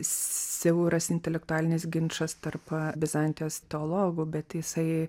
siauras intelektualinis ginčas tarp bizantijos teologų bet jisai